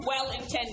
well-intended